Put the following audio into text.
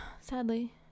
sadly